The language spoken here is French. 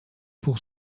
pour